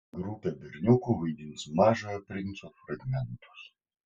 grupė berniukų vaidins mažojo princo fragmentus